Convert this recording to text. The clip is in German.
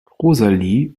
rosalie